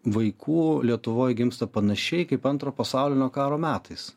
vaikų lietuvoje gimsta panašiai kaip antro pasaulinio karo metais